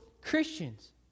Christians